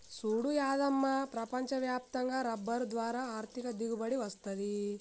సూడు యాదమ్మ ప్రపంచ వ్యాప్తంగా రబ్బరు ద్వారా ఆర్ధిక దిగుబడి వస్తది